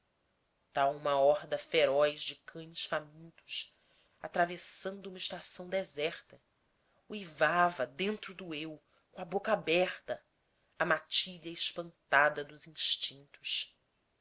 tal uma horda feroz de cães famintos atravessando uma estação deserta uivava dentro do eu com a boca aberta a matilha espantada dos instintos